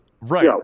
Right